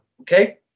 Okay